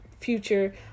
future